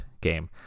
game